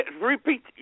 repeat